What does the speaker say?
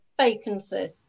vacancies